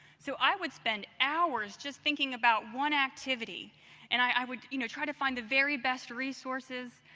so i would spend hours just thinking about one activity and i would, you know, try to find the very best resources.